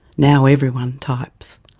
now everyone types.